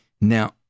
Now